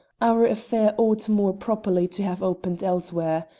our affair ought more properly to have opened elsewhere.